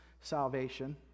salvation